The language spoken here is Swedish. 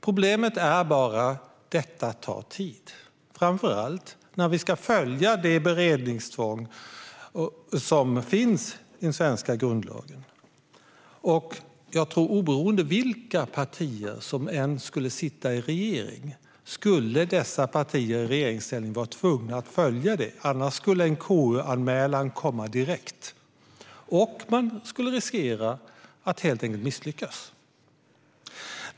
Problemet är bara att detta tar tid, framför allt när vi ska följa det beredningstvång som finns i den svenska grundlagen. Jag tror att oberoende av vilka partier som skulle sitta i en regering skulle dessa partier i regeringsställning vara tvungna att följa det. Annars skulle en KU-anmälan komma direkt, och man skulle riskera att helt enkelt misslyckas.